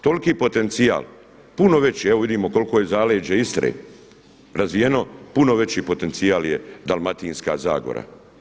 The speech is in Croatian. Toliki potencijal puno veći, evo vidimo koliko je zaleđe Istre razvijene, puno veći potencijal je Dalmatinska zagora.